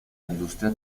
industria